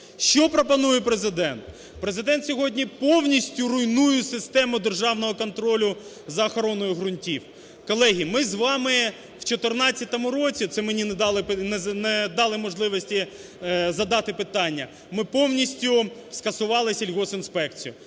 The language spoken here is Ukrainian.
Що пропонує Президент? Президент сьогодні повністю руйнує систему державного контролю за охороною ґрунтів. Колеги, ми з вами в 14-му році, це мені не дали можливості задати питання, ми повністю скасували сільгоспінспекцію,